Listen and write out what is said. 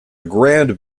grand